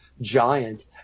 giant